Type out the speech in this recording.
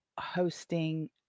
hosting